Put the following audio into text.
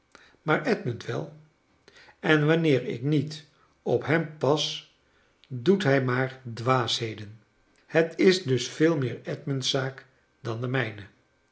maar edmund wel en wanneer ik niet op hem pas doet hij maar dwaasheden het is dus veel meer edmund's zaak dan de mijne